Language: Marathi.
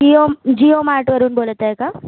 जियो जियो मार्टवरून बोलत आहे का